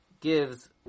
gives